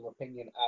opinion